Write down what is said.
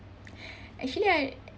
actually I